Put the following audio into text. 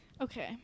okay